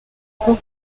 bwo